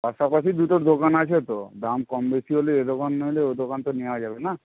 পাশাপাশি দুটো দোকান আছে তো দাম কম বেশি হলে এ দোকান না হলে ও দোকান তো নেওয়া যাবে না